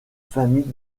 famille